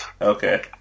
Okay